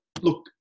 look